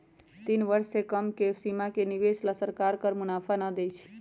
तीन वर्ष से कम के सीमा के निवेश ला सरकार कर मुनाफा ना देई